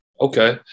Okay